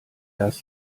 das